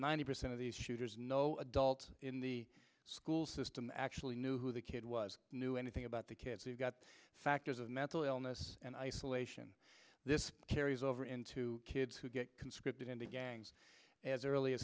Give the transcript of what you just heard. ninety percent of the shooters no adult in the school system actually knew who the kid was knew anything about the kids he got factors of mental illness and isolation this carries over into kids who get conscripted into gangs as early a